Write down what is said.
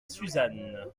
suzanne